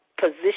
position